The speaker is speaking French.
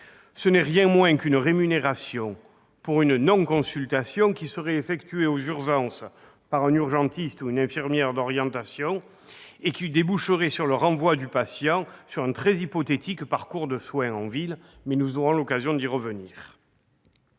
ne s'agit rien de moins que d'une rémunération pour une non-consultation effectuée aux urgences par un urgentiste ou par une infirmière d'orientation et qui déboucherait sur le renvoi du patient vers un très hypothétique parcours de soins en ville. Nous aurons l'occasion d'y revenir.